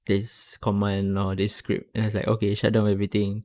this command or this script that's like okay shut down everything